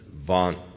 vaunt